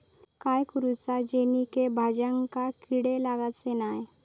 काय करूचा जेणेकी भाजायेंका किडे लागाचे नाय?